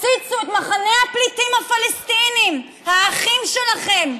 הפציצו את מחנה הפליטים הפלסטינים, האחים שלכם.